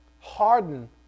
harden